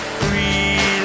free